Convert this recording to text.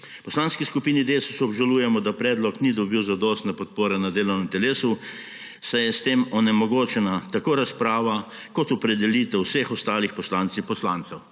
Poslanski skupini Desus obžalujemo, da predlog ni dobil zadostne podpore na delovnem telesu, saj je s tem onemogočena tako razprava kot opredelitev vseh ostalih poslank in poslancev.